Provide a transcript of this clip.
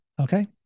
okay